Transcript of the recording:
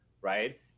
right